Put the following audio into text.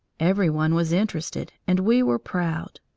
every one was interested, and we were proud.